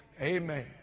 Amen